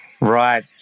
Right